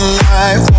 life